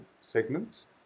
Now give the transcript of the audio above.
segments